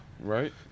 right